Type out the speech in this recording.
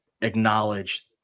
acknowledge